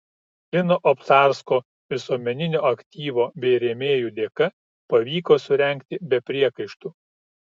lino obcarsko visuomeninio aktyvo bei rėmėjų dėka pavyko surengti be priekaištų